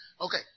okay